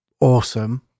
awesome